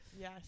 Yes